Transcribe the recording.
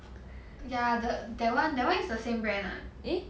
ya that that one that one is the same brand ah